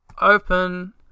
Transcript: Open